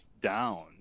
down